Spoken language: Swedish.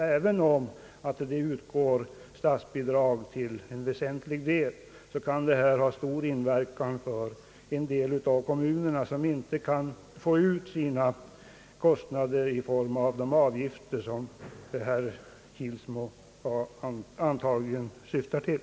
även om det utgår statsbidrag till väsentlig del för ändamålet, har dessa kostnader stor inverkan för en del av kommunerna som inte kan få ut kostnaderna i form av de avgifter, som herr Kilsmo antagligen syftar till.